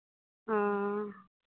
हँ